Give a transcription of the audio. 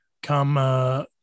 Come